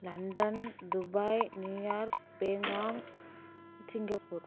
London Dubai New York Bangkok Singapore